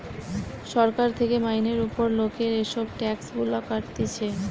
সরকার থেকে মাইনের উপর লোকের এসব ট্যাক্স গুলা কাটতিছে